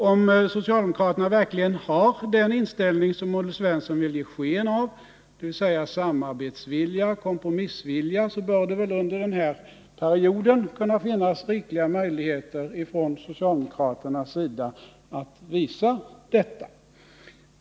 Om socialdemokraterna verkligen har den inställning som Olle Svensson vill ge sken av, dvs. samarbetsvilja och kompromissvilja, så bör det väl under den här perioden finnas rikliga möjligheter för socialdemokratin att visa detta.